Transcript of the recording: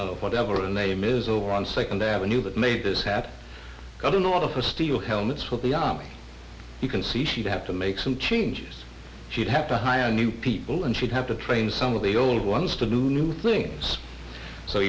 of whatever a name is over on second avenue but maybe this hat i don't know of a steel helmets with the army you can see she'd have to make some changes she'd have to hire new people and she'd have to train some of the old ones to do new things so